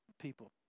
people